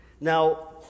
Now